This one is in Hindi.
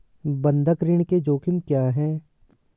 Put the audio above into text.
बंधक ऋण के जोखिम क्या हैं?